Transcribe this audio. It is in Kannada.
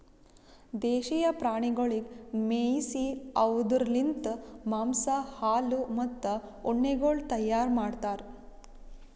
ದೇಶೀಯ ಪ್ರಾಣಿಗೊಳಿಗ್ ಮೇಯಿಸಿ ಅವ್ದುರ್ ಲಿಂತ್ ಮಾಂಸ, ಹಾಲು, ಮತ್ತ ಉಣ್ಣೆಗೊಳ್ ತೈಯಾರ್ ಮಾಡ್ತಾರ್